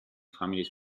families